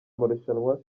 marushanwa